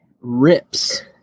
Rips